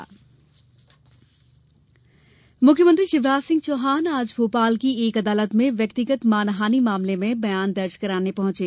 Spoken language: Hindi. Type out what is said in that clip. सीएम बयान मुख्यमंत्री शिवराज सिंह चौहान आज भोपाल की एक अदालत में व्यक्तिगत मानहानि मामले में बयान दर्ज कराने पहुंचे